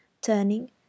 Turning